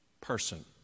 person